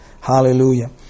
Hallelujah